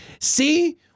see